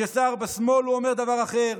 כשסער בשמאל הוא אומר דבר אחר.